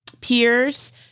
peers